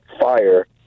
fire